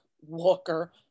Walker